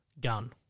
gun